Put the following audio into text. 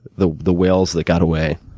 the the whales that got away?